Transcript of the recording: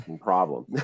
problem